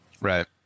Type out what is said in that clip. Right